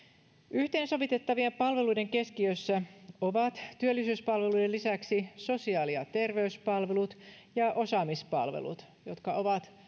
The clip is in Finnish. yhteensovitettavien palveluiden keskiössä ovat työllisyyspalveluiden lisäksi sosiaali ja terveyspalvelut ja osaamispalvelut jotka ovat